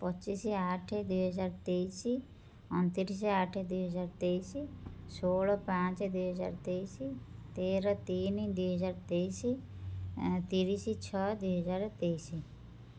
ପଚିଶ ଆଠେ ଦୁଇହଜାର ତେଇଶି ଅଣତିରିଶି ଆଠେ ଦୁଇହଜାର ତେଇଶି ଷୋହଳ ପାଞ୍ଚ ଦୁଇହଜାର ତେଇଶି ତେର ତିନ ଦୁଇହଜାର ତେଇଶି ତିରିଶ ଛଅ ଦୁଇହଜାର ତେଇଶି